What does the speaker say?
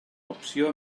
opció